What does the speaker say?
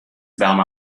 wärme